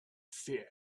fear